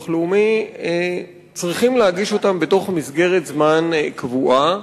לאומי צריך להגיש בתוך מסגרת זמן קבועה.